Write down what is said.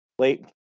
Late